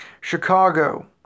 Chicago